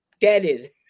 deaded